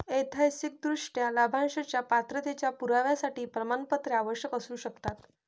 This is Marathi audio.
ऐतिहासिकदृष्ट्या, लाभांशाच्या पात्रतेच्या पुराव्यासाठी प्रमाणपत्रे आवश्यक असू शकतात